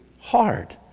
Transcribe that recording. hard